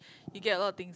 you get a lot of things